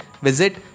visit